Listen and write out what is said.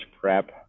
prep